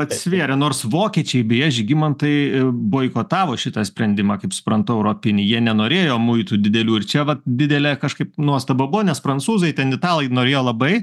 atsvėrė nors vokiečiai beje žygimantai boikotavo šitą sprendimą kaip suprantu europinį jie nenorėjo muitų didelių ir čia vat didelė kažkaip nuostaba buvo nes prancūzai ten italai norėjo labai